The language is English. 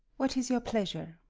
what is your pleasure?